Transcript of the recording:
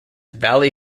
valley